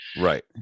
Right